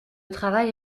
travail